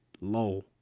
low